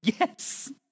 Yes